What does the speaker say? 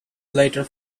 later